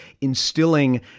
instilling